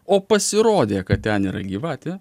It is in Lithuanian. o pasirodė kad ten yra gyvatė